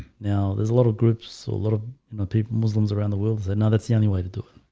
now there's a lot of groups or a lot of my people muslims around the world so now that's the only way to do it,